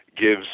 gives